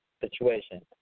situation